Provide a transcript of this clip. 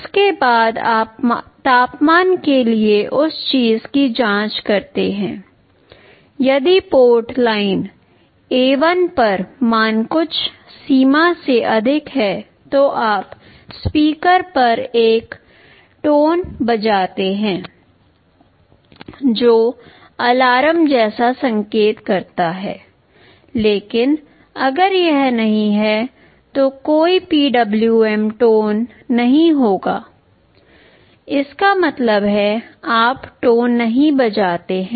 उसके बाद आप तापमान के लिए उस चीज की जांच करते हैं यदि पोर्ट लाइन A1 पर मान कुछ सीमा से अधिक है तो आप स्पीकर पर एक टोन बजाते हैं जो अलार्म जैसा संकेत करता है लेकिन अगर यह नहीं है तो कोई PWM टोन नहीं होगा इसका मतलब है आप टोन नहीं बजाते हैं